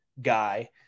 guy